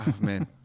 Man